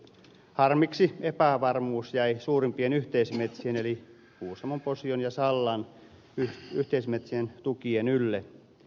harmiksi epävarmuus jäi suurimpien yhteismetsien eli kuusamon posion ja sallan yhteismetsien tukien ylle